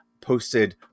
posted